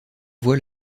voit